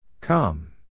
Come